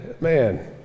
man